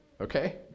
okay